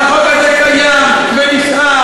החוק הזה קיים ונשאר,